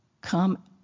come